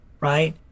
right